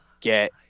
get